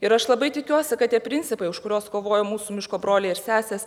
ir aš labai tikiuosi kad tie principai už kurios kovojo mūsų miško broliai ir sesės